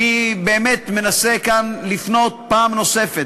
אני מנסה כאן לפנות פעם נוספת,